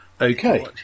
Okay